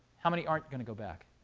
how many aren't going to go back?